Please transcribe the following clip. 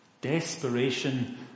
desperation